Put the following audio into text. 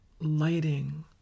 Lighting